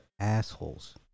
assholes